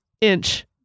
inch